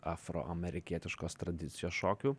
afroamerikietiškos tradicijos šokių